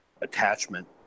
attachment